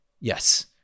yes